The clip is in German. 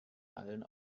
allen